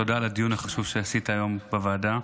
תודה על הדיון החשוב שעשית היום בוועדה.